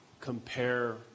compare